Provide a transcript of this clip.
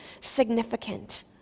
significant